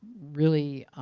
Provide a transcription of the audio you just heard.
really